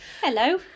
Hello